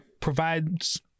provides